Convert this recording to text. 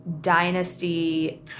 Dynasty